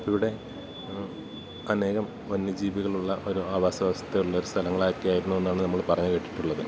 ഇവിടെ അനേകം വന്യജീവികളുള്ള ഒരു ആവാസവ്യവസ്ഥയുള്ള ഒരു സ്ഥലങ്ങളൊക്കെ ആയിരുന്നു എന്നാണ് നമ്മൾ പറഞ്ഞ് കേട്ടിട്ടുള്ളത്